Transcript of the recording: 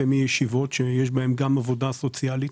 סמי-ישיבות, שיש בהן גם עבודה סוציאלית.